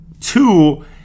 Two